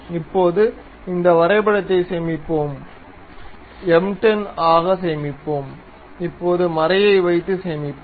இப்போது இந்த வரைபடத்தை சேமிப்போம் எம் 10 ஆக சேமிப்போம் இப்போது மறையை வைத்து சேமிப்போம்